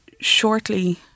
shortly